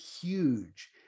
huge